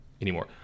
anymore